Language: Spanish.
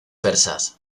persas